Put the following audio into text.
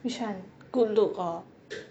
which one good look or